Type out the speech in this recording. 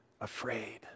afraid